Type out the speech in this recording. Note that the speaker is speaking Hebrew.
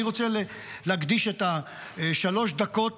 אני רוצה להקדיש את שלוש הדקות